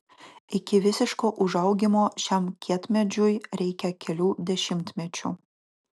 iki visiško užaugimo šiam kietmedžiui reikia kelių dešimtmečių